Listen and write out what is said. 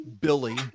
billy